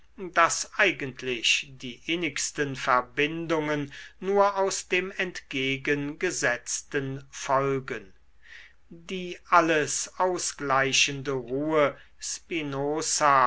daß eigentlich die innigsten verbindungen nur aus dem entgegengesetzten folgen die alles ausgleichende ruhe spinozas